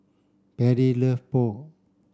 Perry love Pho